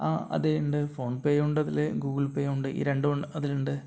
ആ അതേ ഉണ്ട് ഫോൺപേ ഉണ്ടതില് ഗൂഗിൾ പേ ഉണ്ട് ഈ രണ്ടും അതിലുണ്ട്